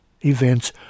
events